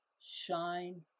shine